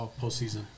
postseason